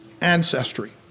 ancestry